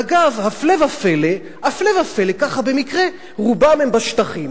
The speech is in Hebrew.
אגב, הפלא ופלא, ככה במקרה, רובן בשטחים.